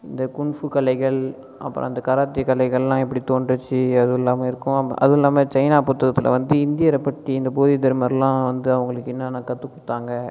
இந்த குங்ஃபூ கலைகள் அப்புறம் இந்த கராத்தே கலைகள்லாம் எப்படி தோன்றுச்சு அதுவும் எல்லாமே இருக்கும் அதுவும் இல்லாமல் சைனா பொறுத்த விதத்தில் வந்து இந்தியரை பற்றி அந்த போதி தர்மர்லாம் வந்து அவங்களுக்கு என்னனென்ன கற்றுக் கொடுத்தாங்க